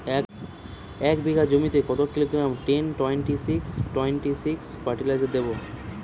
এক বিঘা জমিতে কত kilogram ten twenty six twenty six fertiliser দেবো?